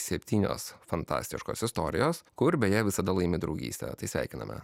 septynios fantastiškos istorijos kur beje visada laimi draugystė tai sveikiname